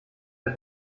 der